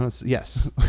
yes